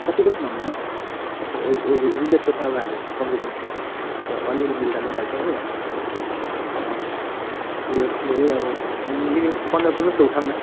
कत्ति पनि भन्दैन यो यो रिजोर्टको त हामी कमसे कम अलिअलि मिल्दा भइहाल्छ हो ऊ यो के रे अब मिनिमम् पन्ध्र पन्ध्र सय उठाऊँ न